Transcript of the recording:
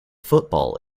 football